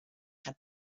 had